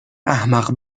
احمق